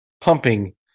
pumping